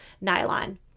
nylon